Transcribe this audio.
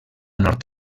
nord